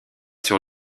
sur